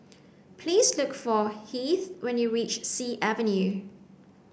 please look for Heath when you reach Sea Avenue